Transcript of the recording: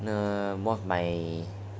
the one of my